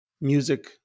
music